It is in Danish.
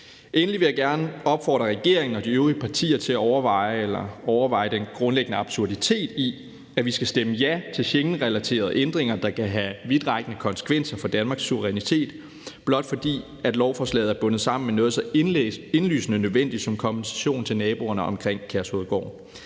Endelig vil jeg gerne opfordre regeringen og de øvrige partier til at overveje den grundlæggende absurditet i, at vi skal stemme ja til Schengenrelaterede ændringer, der kan have vidtrækkende konsekvenser for Danmarks suverænitet, blot fordi lovforslaget er bundet sammen med noget så indlysende nødvendigt som kompensation til naboerne omkring Kærshovedgård.